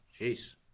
Jeez